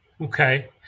Okay